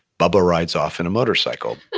bubba rides off in a motorcycle'.